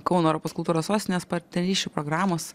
kauno europos kultūros sostinės partnerysčių programos